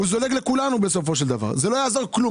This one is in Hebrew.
הוא זולג לכולנו, ולא יעזור כלום.